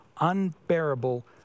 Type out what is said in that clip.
unbearable